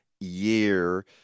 year